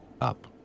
up